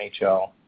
NHL